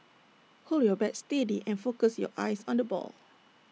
hold your bat steady and focus your eyes on the ball